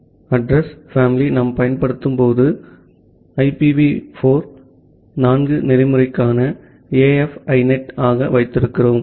ஆகவே address family நாம் பயன்படுத்தப் போகும் ஐபிவி 4 புரோட்டோகால்க்கான AF INET ஆக வைத்திருக்கிறோம்